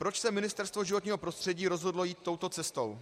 Proč se Ministerstvo životního prostředí rozhodlo jít touto cestou?